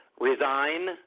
resign